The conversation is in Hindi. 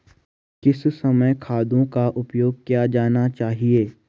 किस समय खादों का प्रयोग किया जाना चाहिए?